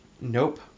nope